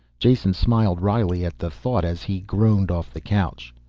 jason smiled wryly at the thought as he groaned off the couch.